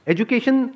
Education